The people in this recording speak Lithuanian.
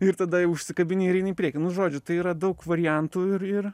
ir tada jau užsikabini ir eini į priekį nu žodžiu tai yra daug variantų ir ir